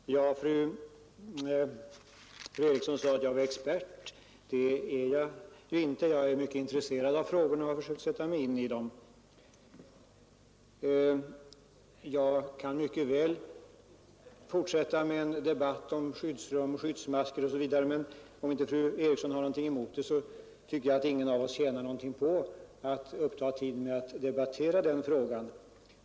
Herr talman! Fru Eriksson i Stockholm sade att jag var expert. Det är jag inte. Jag är mycket intresserad av frågorna och har försökt sätta mig 13 in i dem. Jag kan mycket väl fortsätta att debattera skyddsrum, skyddsmasker osv., men jag tycker inte att någon av oss tjänar någonting på att uppta tiden med att debattera den frågan.